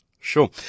Sure